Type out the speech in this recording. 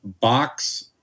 box